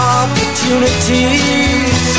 opportunities